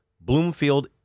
Bloomfield